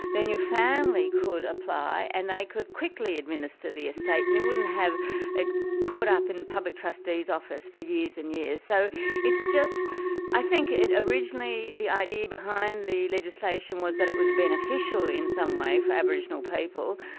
then your family could apply and they could quickly administer the estate, and you wouldn't have it caught up in the public trustee's office for years and years. so it's just i think originally the idea behind the legislation was that it was beneficial in some way for aboriginal people,